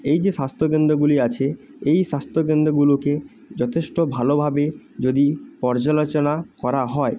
এই যে স্বাস্থ্য কেন্দ্রগুলি আছে এই স্বাস্থ্য কেন্দ্রগুলোকে যথেষ্ট ভালোভাবে যদি পর্যালোচনা করা হয়